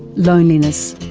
loneliness,